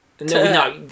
No